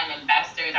investors